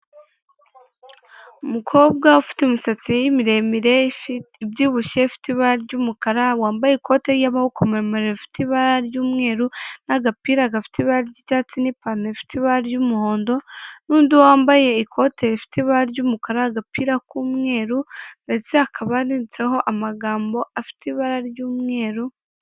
Umukobwa ufite imisatsi miremire ubyibushye ifite ibara ry'umukara, wambaye ikoti ry'amaboko maremare rifite ibara ry'umweru n'agapira gafite ibara ry'icyatsi n'ipantaro ifite ibara ry'umuhondo n'undi wambaye ikote rifite ibara ry'umukara, agapira k'umweru ndetse akaba hananditseho amagambo afite ibara ry'umweru.